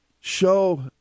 Show